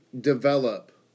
develop